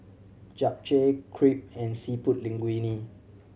Japchae Crepe and Seafood Linguine